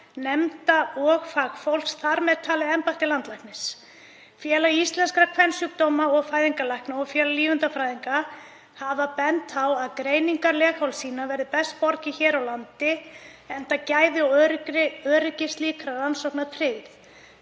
nefnda og fagfólks, þar með talið embætti landlæknis. Félag íslenskra kvensjúkdóma- og fæðingarlækna og Félag lífeindafræðinga hafa bent á að greiningum leghálssýna verði best borgið hér á landi enda gæði og öryggi slíkra rannsókna tryggð